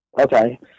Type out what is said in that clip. Okay